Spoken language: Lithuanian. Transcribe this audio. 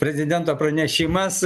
prezidento pranešimas